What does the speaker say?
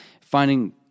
finding